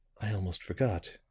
i almost forgot.